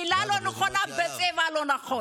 לקהילה שאין לה כסף, לקהילה שאין לה עורך דין.